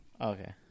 Okay